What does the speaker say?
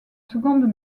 secondes